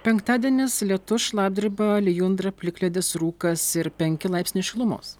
penktadienis lietus šlapdriba lijundra plikledis rūkas ir penki laipsniai šilumos